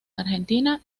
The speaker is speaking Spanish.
argentina